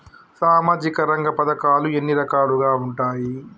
సామాజిక రంగ పథకాలు ఎన్ని రకాలుగా ఉంటాయి?